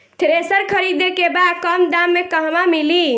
Thresher खरीदे के बा कम दाम में कहवा मिली?